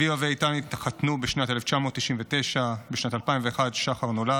אביבה ואיתן התחתנו בשנת 1999. בשנת 2001 שחר נולד.